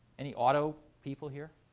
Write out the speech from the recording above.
any auto people here?